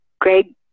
Greg